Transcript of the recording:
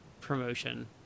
promotion